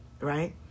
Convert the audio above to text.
Right